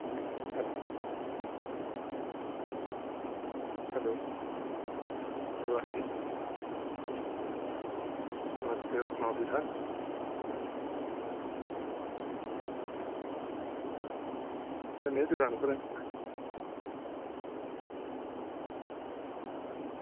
hello hello hello आं जी नमस्ते होर सनाओ ठीक ठाक नेईं नेईं दुकान कुद्धर ऐ